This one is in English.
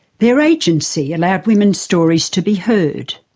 their agency allowed women's stories to be heard.